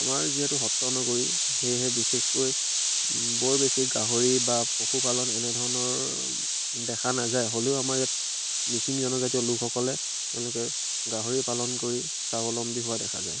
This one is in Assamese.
আমাৰ যিহেতু সত্ৰ নগৰী সেয়েহে বিশেষকৈ বৰ বেছি গাহৰি বা পশুপালন এনেধৰণৰ দেখা নাযায় হ'লেও আমাৰ ইয়াত মিচিং জনজাতীয় লোকসকলে তেওঁলোকে গাহৰি পালন কৰি স্বাৱলম্বী হোৱা দেখা যায়